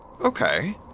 Okay